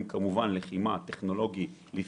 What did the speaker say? לחימה, טכנולוגי וכולי.